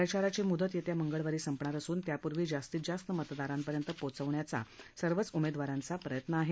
प्रचाराची मुदत येत्या मंगळवारी संपणार असून त्यापूर्वी जास्तीत जास्त मतदरांपर्यंत पोचवण्याचा सर्वच उमेदवारांचा प्रयत्न आहे